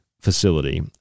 facility